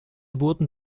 wurden